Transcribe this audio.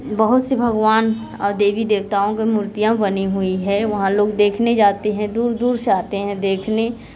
बहुत से भगवान और देवी देवताओं का मूर्तियाँ बनी हुई है वहाँ लोग देखने जाते हैं दूर दूर से आते हैं देखने